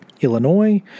Illinois